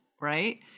right